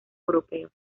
europeos